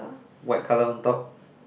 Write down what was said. white colour on top